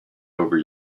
over